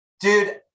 Dude